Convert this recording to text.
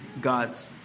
God's